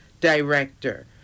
director